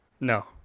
No